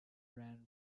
ran